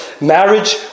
Marriage